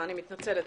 אני מתנצלת,